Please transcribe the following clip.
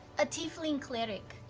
a tiefling cleric.